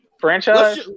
Franchise